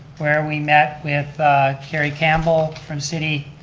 where we met with kerry campbell from city,